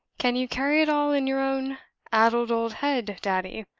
can you carry it all in your own addled old head, daddy?